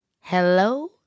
Hello